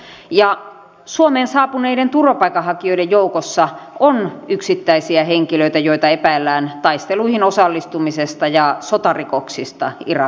taistelijoita on myös palannut ja suomeen saapuneiden turvapaikanhakijoiden joukossa on yksittäisiä henkilöitä joita epäillään taisteluihin osallistumisesta ja sotarikoksista irakissa